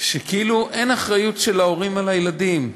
שכאילו אין אחריות של ההורים לילדים,